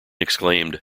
exclaimed